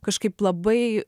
kažkaip labai